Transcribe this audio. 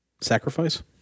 Sacrifice